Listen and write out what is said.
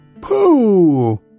Pooh